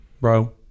Bro